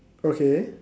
okay